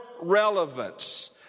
relevance